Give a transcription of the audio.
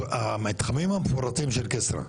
איך היא לא תפגע אם הקו הכחול החדש בדיוק משיק?